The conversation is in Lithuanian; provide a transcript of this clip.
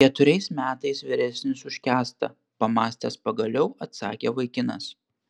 keturiais metais vyresnis už kęstą pamąstęs pagaliau atsakė vaikinas